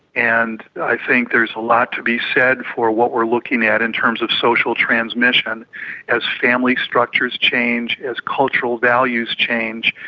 and i think there's a lot to be said for what we are looking at in terms of social transmission as family structures change, as cultural values change,